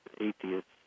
atheists